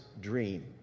dream